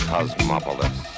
Cosmopolis